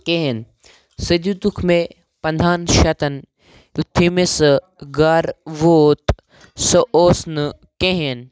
کِہیٖنۍ سُہ دِتُکھ مےٚ پنٛدہَن شیتَن یُتھُے مےٚ سُہ گَرٕ ووت سُہ اوس نہٕ کِہیٖنۍ